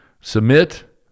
submit